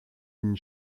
une